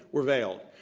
were veiled.